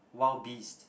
wild beasts